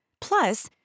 plus